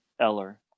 Eller